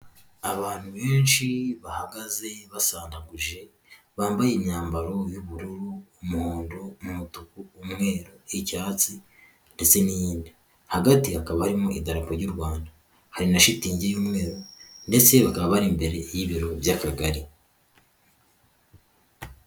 Abantu benshi bahagaze basandaguje bambaye imyambaro y'ubururu ,umuhondo n'umutuku umweru, icyatsi ndetse n'iyindi hagati hakaba harimo idarapo y'u Rwanda hari na shitingi y'umweru ndetse bakaba bari imbere y'ibiro by'akagari.